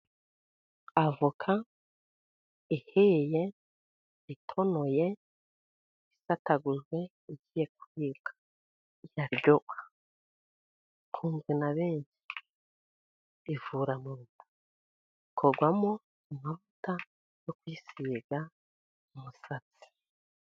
Avoka ihiye ,itonoye, isatagujwe, igiye kubika iraryoha, ikunzwe na benshi, ivura mu nda, ikorwamo amavuta yo kwisiga mu musatsi.